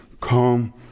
come